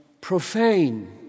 profane